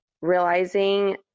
realizing